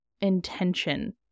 intention